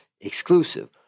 exclusive